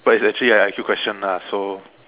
but it's actually an I_Q question lah so